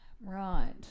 Right